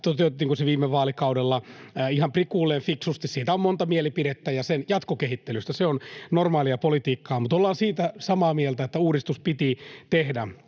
toteutettiinko se viime vaalikaudella ihan prikuulleen fiksusti, on monta mielipidettä ja sen jatkokehittelystä. Se on normaalia politiikkaa, mutta ollaan siitä samaa mieltä, että uudistus piti tehdä.